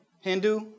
Hindu